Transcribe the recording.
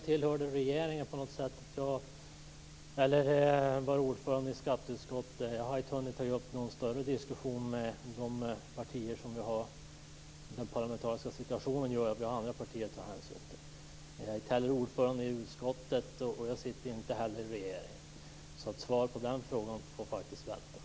Fru talman! Jag har inte hunnit ta upp någon större diskussion om detta. Den parlamentariska situationen gör att vi har andra partier att ta hänsyn till. Jag är inte ordförande i utskottet, och jag sitter inte heller i regeringen. Svaret på den frågan får faktiskt vänta.